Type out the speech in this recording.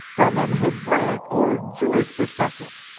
from an hebraic, or jewish, perspective.